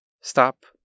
Stop